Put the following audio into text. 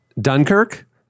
Dunkirk